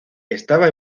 estaba